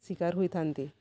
ଶୀକାର ହୋଇଥାନ୍ତି